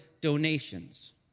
donations